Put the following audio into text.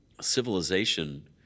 civilization